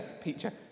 Peter